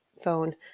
phone